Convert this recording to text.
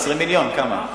20 מיליון, כמה?